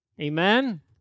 Amen